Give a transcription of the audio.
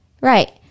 Right